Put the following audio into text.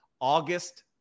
August